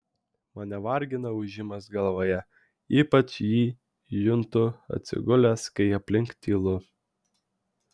mane vargina ūžimas galvoje ypač jį juntu atsigulęs kai aplink tylu